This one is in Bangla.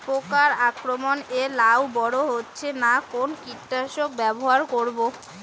পোকার আক্রমণ এ লাউ বড় হচ্ছে না কোন কীটনাশক ব্যবহার করব?